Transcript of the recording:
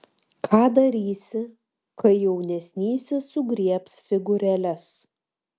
ką darysi kai jaunesnysis sugriebs figūrėles